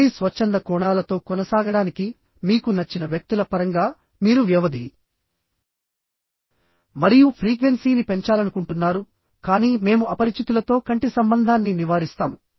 మళ్ళీ స్వచ్ఛంద కోణాలతో కొనసాగడానికి మీకు నచ్చిన వ్యక్తుల పరంగా మీరు వ్యవధి మరియు ఫ్రీక్వెన్సీని పెంచాలనుకుంటున్నారు కానీ మేము అపరిచితులతో కంటి సంబంధాన్ని నివారిస్తాము